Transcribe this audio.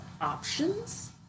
options